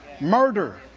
Murder